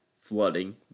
flooding